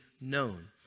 known